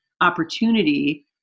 opportunity